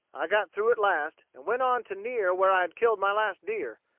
i got through at last, and went on to near where i had killed my last deer,